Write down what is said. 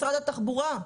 משרד התחבורה.